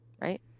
Right